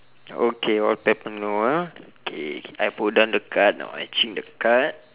okay all people know ah okay I put down the card now I change the card